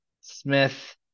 Smith